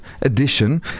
edition